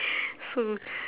so